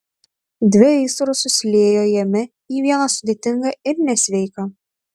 dvi aistros susiliejo jame į vieną sudėtingą ir nesveiką